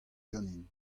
ganin